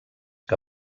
que